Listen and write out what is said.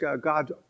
God